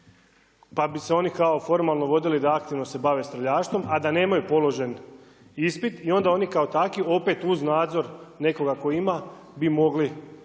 pa bi se oni kao formalno vodili da aktivno se bave streljaštvom, a da nemaju položen ispit. I onda oni kao taki opet uz nadzor nekoga koji ima bi mogli